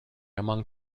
among